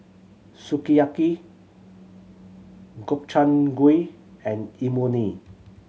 Sukiyaki Gobchang Gui and Imoni